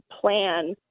plan